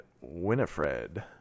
Winifred